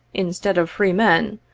instead of free men,